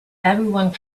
everyone